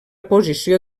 posició